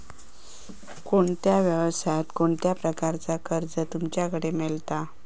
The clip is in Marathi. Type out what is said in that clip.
कोणत्या यवसाय कोणत्या प्रकारचा कर्ज तुमच्याकडे मेलता?